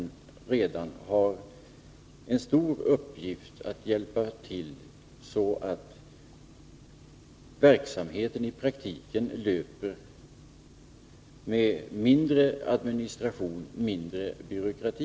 En stor uppgift är att få verksamheten att i praktiken löpa med mindre administration och mindre byråkrati.